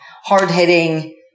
Hard-hitting